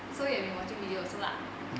so when you watching videos also lah